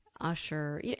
usher